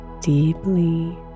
deeply